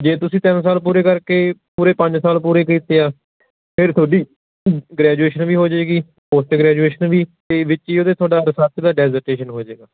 ਜੇ ਤੁਸੀਂ ਤਿੰਨ ਸਾਲ ਪੂਰੇ ਕਰਕੇ ਪੂਰੇ ਪੰਜ ਸਾਲ ਪੂਰੇ ਕੀਤੇ ਆ ਫਿਰ ਤੁਹਾਡੀ ਗ੍ਰੈਜੂਏਸ਼ਨ ਵੀ ਹੋ ਜਾਏਗੀ ਪੋਸਟ ਗ੍ਰੈਜੂਏਸ਼ਨ ਵੀ ਅਤੇ ਵਿੱਚ ਹੀ ਉਹਦੇ 'ਚ ਤੁਹਾਡਾ ਰਿਸਰਚ ਦਾ ਡੈਜੀਟੇਸ਼ਨ ਹੋ ਜੇਗਾ